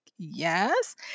Yes